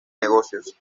negocios